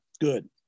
good